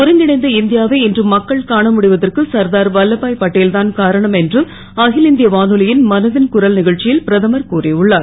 ஒருங்கிணைந்த இந் யாவை இன்று மக்கள் காணமுடிவதற்கு சர்தார் வல்லபா பட்டேல் தான் காரணம் என்று அகில இந் ய வானொலி ன் மன ன் குரல் க ச்சி ல் பிரதமர் கூறியுள்ளார்